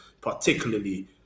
particularly